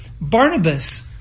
barnabas